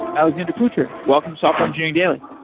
alexander pucher, welcome to software engineering daily.